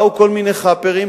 באו כל מיני "חאפרים",